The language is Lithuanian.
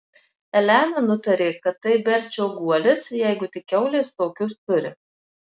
elena nutarė kad tai berčio guolis jeigu tik kiaulės tokius turi